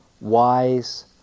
wise